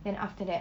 then after that